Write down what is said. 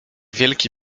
wielki